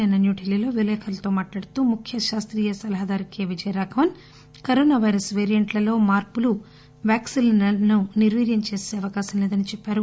నిన్న న్యూఢిల్లీలో విలేఖరులతో మాట్లాడుతూ ముఖ్య శాస్తీయ సలహాదారు K Vijaya Raghavan corona virus వేరియంట్లలో మార్సులు వ్యాక్పిన్లను నిర్వీర్యం చేసే అవకాశం లేదని చెప్పారు